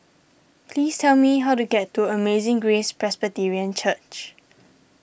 please tell me how to get to Amazing Grace Presbyterian Church